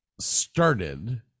started